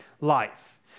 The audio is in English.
life